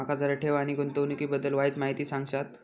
माका जरा ठेव आणि गुंतवणूकी बद्दल वायचं माहिती सांगशात?